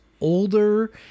older